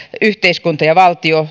yhteiskunta ja valtio